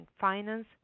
Finance